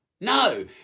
No